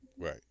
right